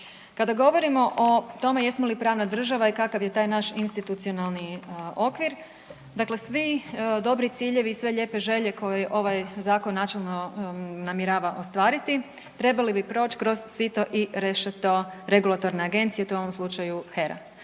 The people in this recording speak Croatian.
Kada govorimo o tome jesmo li pravna država i kakav je taj naš institucionalni okvir, dakle svi dobri ciljevi i sve lijepe želje koje ovaj zakon načelno namjerava ostvariti trebali bi proć kroz sito i rešeto regulatorne agencije, a to je u ovom slučaju HERA.